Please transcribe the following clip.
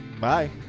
Bye